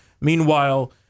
Meanwhile